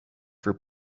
for